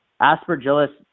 Aspergillus